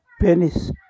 Penis